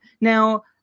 Now